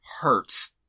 hurts